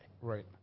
Right